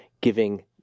giving